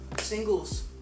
singles